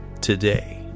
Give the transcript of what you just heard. today